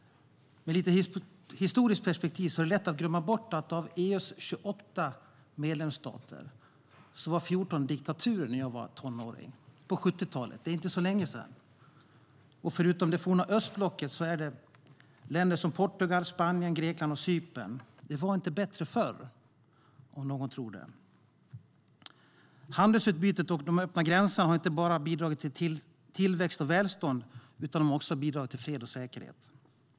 Det är lätt att glömma bort att av EU:s 28 medlemsländer var 14 diktaturer när jag själv var tonåring på 70-talet - det är inte så länge sedan - och det inkluderar förutom det forna östblocket också länder som Portugal, Spanien, Grekland och Cypern. Det var inte bättre förr, om nu någon tror det. Handelsutbytet och de öppna gränserna har inte bara bidragit till tillväxt och välstånd, utan de har också bidragit till fred och säkerhet.